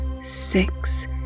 six